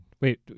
Wait